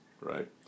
right